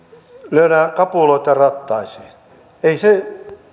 lyödään kapuloita rattaisiin tämä ei nyt